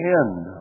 end